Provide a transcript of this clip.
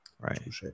Right